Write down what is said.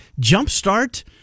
jumpstart